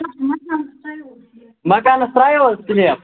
دَپُس مکانَس ترٛاوِو حظ سِلیپ مکانَس ترٛاوو حظ سلیپ